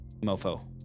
mofo